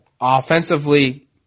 offensively